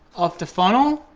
off the funnel,